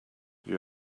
you